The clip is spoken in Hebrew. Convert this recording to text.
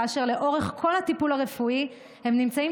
כאשר לאורך כל הטיפול הרפואי הם נמצאים